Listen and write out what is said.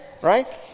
right